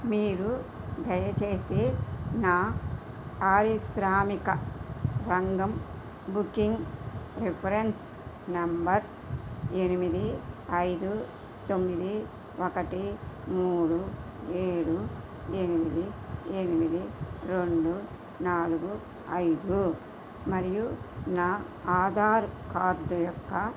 మీరు దయచేసి నా పారిశ్రామిక రంగం బుకింగ్ రిఫరెన్స్ నంబర్ ఎనిమిది ఐదు తొమ్మిది ఒకటి మూడు ఏడు ఎనిమిది ఎనిమిది రెండు నాలుగు ఐదు మరియు నా ఆధార్ కార్డు యొక్క